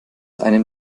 einem